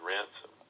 Ransom